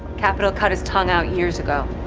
capital cut his tongue out years ago.